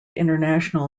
international